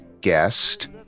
guest